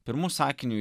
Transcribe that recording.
pirmu sakiniu